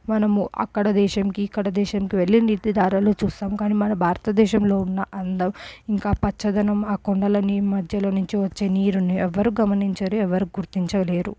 మనము అక్కడ దేశంకి ఇక్కడ దేశంకి వెళ్ళి నీటి ధారలు చూస్తాం కానీ మనం భారతదేశంలో ఉన్న అందం ఇంకా పచ్చదనం ఆ కొండలోని మధ్యలో నుంచి వచ్చే నీరుని ఎవరు గమనించరు ఎవరు గుర్తించలేరు